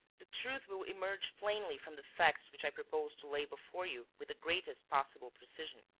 the truth will emerge plainly from the facts which i propose to lay before you with the greatest possible precision.